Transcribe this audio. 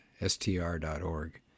str.org